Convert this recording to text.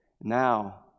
now